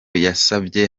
yasabye